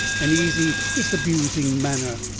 an easy disabusing manner.